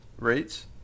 rates